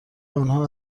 آنها